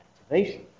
activation